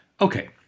Okay